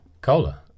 Cola